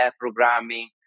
programming